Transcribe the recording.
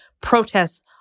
protests